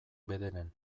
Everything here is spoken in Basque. bederen